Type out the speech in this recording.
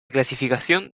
clasificación